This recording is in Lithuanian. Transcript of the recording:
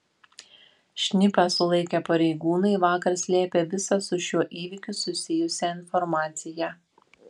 šnipą sulaikę pareigūnai vakar slėpė visą su šiuo įvykiu susijusią informaciją